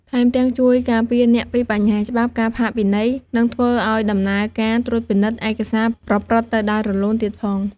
ថែមទាំងជួយការពារអ្នកពីបញ្ហាច្បាប់ ការផាកពិន័យ និងធ្វើឲ្យដំណើរការត្រួតពិនិត្យឯកសារប្រព្រឹត្តទៅដោយរលូនទៀតផង។